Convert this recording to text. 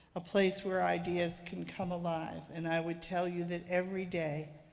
a place where ideas can come alive, and i would tell you that every day,